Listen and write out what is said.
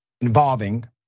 involving